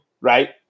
right